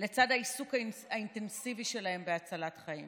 לצד העיסוק האינטנסיבי שלהם בהצלת חיים,